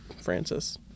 Francis